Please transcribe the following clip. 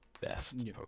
best